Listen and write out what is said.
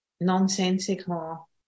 nonsensical